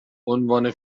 عنوان